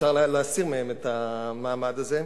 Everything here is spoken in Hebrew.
אפשר להסיר מהם את המעמד הזה,